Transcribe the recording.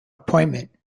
appointment